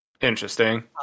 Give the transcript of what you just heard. Interesting